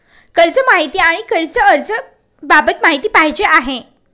कर्ज माहिती आणि कर्ज अर्ज बाबत माहिती पाहिजे आहे